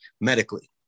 medically